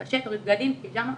תתפשט, תוריד בגדים, פיג'מה,